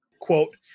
quote